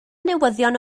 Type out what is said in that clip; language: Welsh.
newyddion